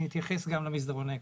אני אתייחס גם למסדרון האקולוגי.